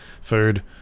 food